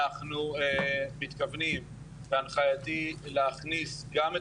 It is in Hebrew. אנחנו מתכוונים בהנחייתי להכניס גם את